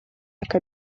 яка